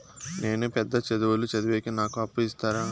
నేను పెద్ద చదువులు చదివేకి నాకు అప్పు ఇస్తారా